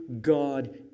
God